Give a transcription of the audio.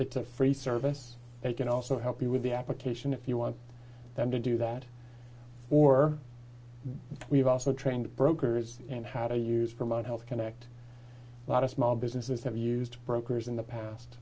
it's a free service they can also help you with the application if you want them to do that or we have also trained brokers in how to use promote health connect a lot of small businesses have used brokers in the past